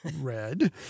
red